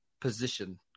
position